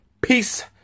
peace